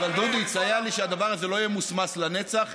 אבל דודי יסייע לי שהדבר הזה לא ימוסמס לנצח,